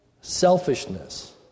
selfishness